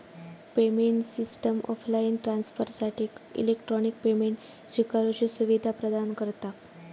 payment system offline ट्रांसफरसाठी electronic payment स्विकारुची सुवीधा प्रदान करता